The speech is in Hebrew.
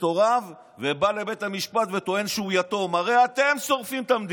הוריו ובא לבית המשפט וטוען שהוא יתום.